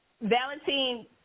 Valentine